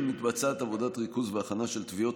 מתבצעת עבודת ריכוז והכנה של תביעות,